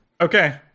Okay